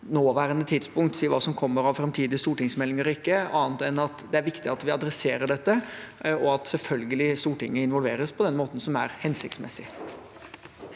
nåværende tidspunkt si hva som kommer av framtidige stortingsmeldinger og ikke, annet enn at det er viktig at vi adresserer dette, og at Stortinget selvfølgelig involveres på den måten som er hensiktsmessig.